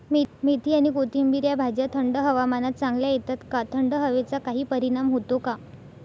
मेथी आणि कोथिंबिर या भाज्या थंड हवामानात चांगल्या येतात का? थंड हवेचा काही परिणाम होतो का?